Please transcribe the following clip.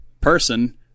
person